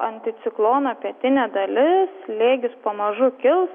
anticiklono pietinė dalis slėgis pamažu kils